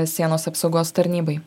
sienos apsaugos tarnybai